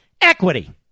Equity